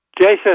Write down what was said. Jason